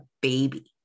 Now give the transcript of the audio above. baby